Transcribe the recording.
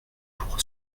pour